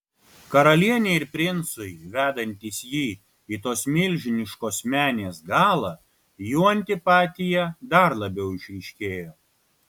karalienei ir princui vedantis jį į tos milžiniškos menės galą jų antipatija dar labiau išryškėjo